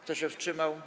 Kto się wstrzymał?